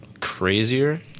crazier